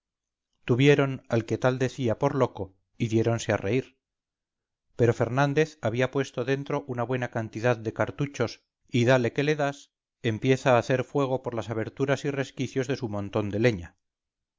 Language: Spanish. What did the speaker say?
tuvieron al que tal decía por loco y diéronse a reír pero fernández había puesto dentro una buena cantidad de cartuchos y dale que le das empieza a hacer fuego por las aberturas y resquicios de su montón de leña